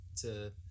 to-